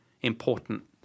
important